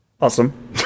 awesome